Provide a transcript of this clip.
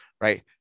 right